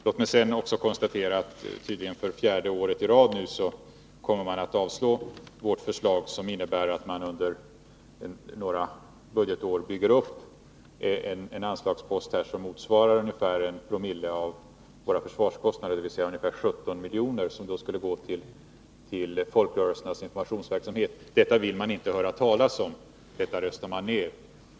Låt mig sedan konstatera att man nu tydligen för fjärde året i rad kommer att avslå vårt förslag, som innebär att man under några budgetår bygger upp en anslagspost som motsvarar ungefär 1 Zo av våra försvarskostnader, dvs. ca 17 miljoner, och som skulle gå till folkrörelsernas informationsverksamhet. Detta vill man inte höra talas om. Det röstar man ner.